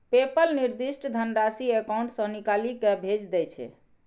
PayPal निर्दिष्ट धनराशि account सं निकालि कें भेज दै छै